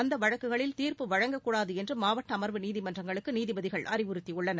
அந்த வழக்குகளில் தீர்ப்பு வழங்கக் கூடாது என்று மாவட்ட அமர்வு நீதிமன்றங்களுக்கு நீதிபதிகள் அறிவுறுத்தியுள்ளனர்